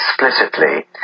explicitly